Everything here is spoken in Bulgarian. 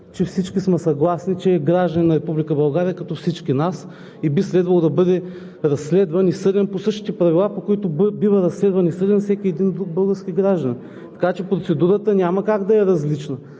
че всички сме съгласни, е гражданин на Република България като всички нас и би следвало да бъде разследван и съден по същите правила, по които бива разследван и съден всеки един друг български гражданин. Така че процедурата няма как да е различна.